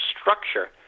structure